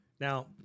Now